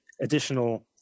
additional